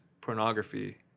pornography